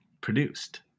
produced